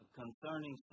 concerning